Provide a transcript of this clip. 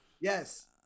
Yes